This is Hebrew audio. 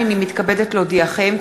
הנני מתכבדת להודיעכם,